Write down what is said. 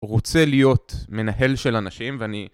רוצה להיות מנהל של אנשים ואני